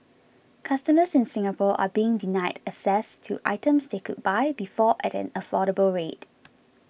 customers in Singapore are being denied access to items they could buy before at an affordable rate